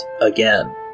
again